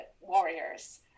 warriors